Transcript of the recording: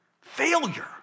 Failure